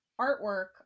artwork